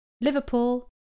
Liverpool